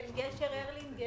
כן, את גשר הרלינג.